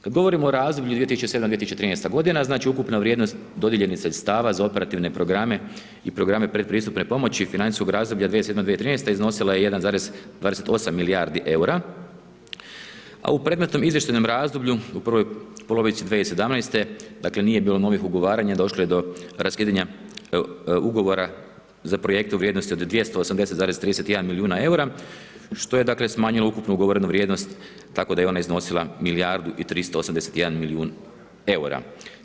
Kad govorimo o razdoblju 2007.g., 2013.g., znači, ukupna vrijednost dodijeljenih sredstava za operativne programe i programe pred pristupne pomoći financijskog razdoblja 2007., 2013. iznosila je 1,28 milijardi EUR-a, a u predmetnom izvještajnom razdoblju u prvoj polovici 2017., dakle, nije bilo novih ugovaranja, došlo je do raskidanja ugovora za projekte u vrijednosti od 280,31 milijuna EUR-a, što je, dakle, smanjilo ukupnu ugovorenu vrijednost, tako da je i ona iznosila milijardu i 381 milijun EUR-a.